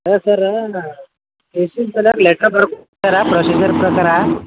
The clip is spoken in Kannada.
ಅಲ್ಲ ಸರ್ ಟಿ ಸಿ ಸಲುವಾಗಿ ಲೆಟ್ರು ಬರೆದು ಕೊಟ್ಟಾರೆ ಪ್ರೊಸಿಜರ್ ಪ್ರಕಾರ